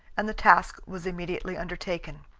and the task was immediately undertaken.